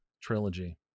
trilogy